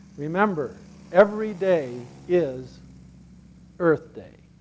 remember everyday is earth day.